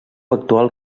actual